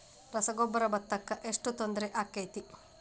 ರಸಗೊಬ್ಬರ, ಭತ್ತಕ್ಕ ಎಷ್ಟ ತೊಂದರೆ ಆಕ್ಕೆತಿ?